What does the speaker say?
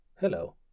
Hello